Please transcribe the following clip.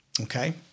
Okay